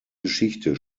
geschichte